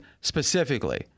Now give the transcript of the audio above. specifically